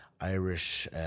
Irish